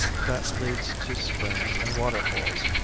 that lead to springs and water holes,